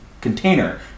container